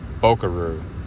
Bokaru